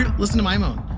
and listen to my moan.